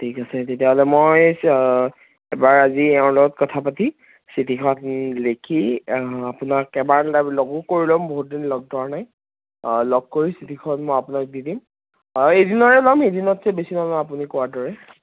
ঠিক আছে তেতিয়াহ'লে মই এবাৰ আজি এওঁৰ লগত কথা পাতি চিঠিখন দিলে কি আপোনাক এবাৰ লগো কৰি ল'ম বহুতদিন লগ ধৰা নাই লগ কৰি চিঠিখন মই আপোনাক দি দিম অঁ এদিনৰে ল'ম এদিনতকৈ বেছি নলওঁ আপুনি কোৱাৰ দৰে